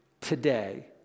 today